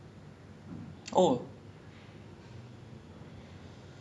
they only know there's ivy league and then there's public schools and then there's community schools